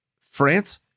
France